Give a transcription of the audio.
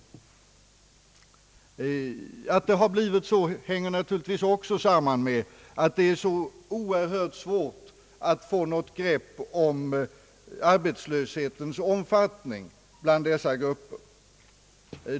Att det blivit så hänger naturligtvis också samman med att det är ytterligt svårt att få något grepp om arbetslöshetens omfattning bland dessa grupper.